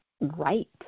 right